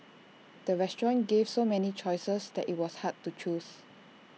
the restaurant gave so many choices that IT was hard to choose